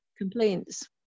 complaints